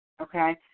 okay